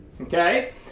Okay